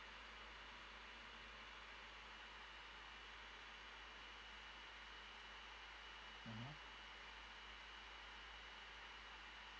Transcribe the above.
mmhmm